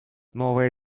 новая